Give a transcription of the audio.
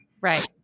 right